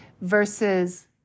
Versus